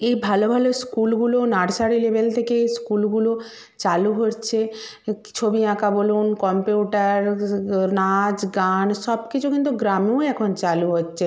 এই ভালো ভালো স্কুলগুলি নার্সারি লেভেল থেকে স্কুলগুলি চালু হচ্ছে ছবি আঁকা বলুন কম্পিউটার নাচ গান সব কিছু কিন্তু গ্রামেও এখন চালু হচ্ছে